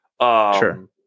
Sure